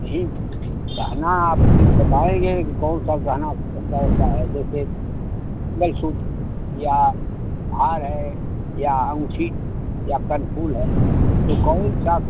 नहीं गहना आप फिर बताएँगे कि कौन सा गहना कैसा कैसा है जैसे नहीं सूट या हार है या अँगूठी या कनफूल है तो कौन सा